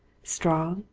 strong,